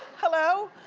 hello?